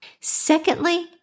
Secondly